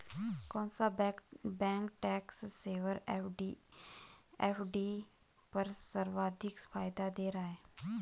कौन सा bank tax saver FD पर सर्वाधिक फायदा दे रहा है?